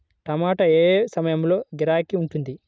టమాటా ఏ ఏ సమయంలో గిరాకీ ఉంటుంది?